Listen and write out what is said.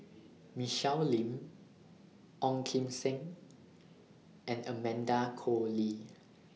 Michelle Lim Ong Kim Seng and Amanda Koe Lee